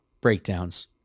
breakdowns